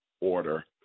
order